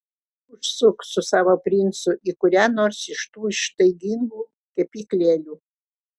užsuk su savo princu į kurią nors iš tų ištaigingų kepyklėlių